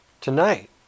tonight